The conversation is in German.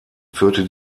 führte